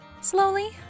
Slowly